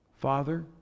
Father